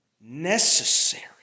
Necessary